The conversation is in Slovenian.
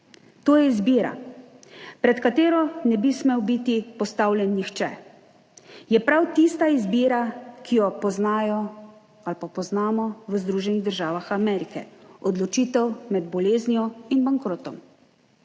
To je izbira, pred katero ne bi smel biti postavljen nihče. Je prav tista izbira, ki jo poznajo ali pa poznamo v Združenih državah Amerike, odločitev med boleznijo in bankrotom.